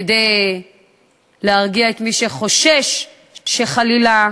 כדי להרגיע את מי שחושש שחלילה,